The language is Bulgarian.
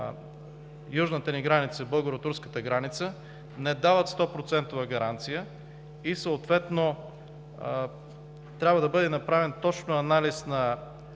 южната ни граница, българо-турската граница, не дават 100-процентова гаранция. Съответно трябва да бъде направен точен анализ на